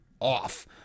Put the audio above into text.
off